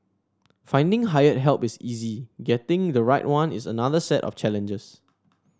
finding hired help is easy getting the right one is another set of challenges